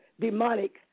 demonic